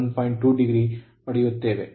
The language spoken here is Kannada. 2 ಡಿಗ್ರಿ ಪಡೆಯುತ್ತೇವೆ